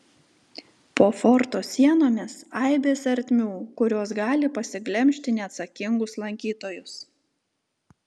po forto sienomis aibės ertmių kurios gali pasiglemžti neatsakingus lankytojus